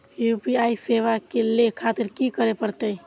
UPI सेवा ले खातिर की करे परते?